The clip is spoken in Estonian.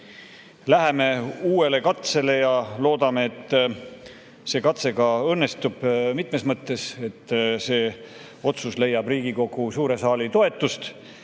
Läheme uuele katsele ja loodame, et see katse ka õnnestub. Seda mitmes mõttes, esiteks, et see otsus leiab Riigikogu suure saali toetust,